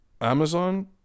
Amazon